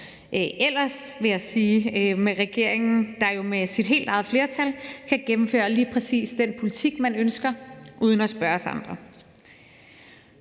ellers foregår med regeringen, der jo med sit helt eget flertal kan gennemføre lige præcis den politik, man ønsker, uden at spørge os andre.